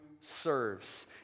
serves